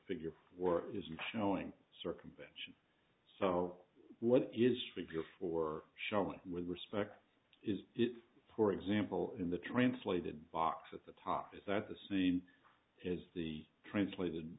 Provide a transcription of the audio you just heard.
figure work is showing circumvention so what is trivial for showing with respect is it for example in the translated box at the top is that the c is the translated